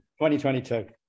2022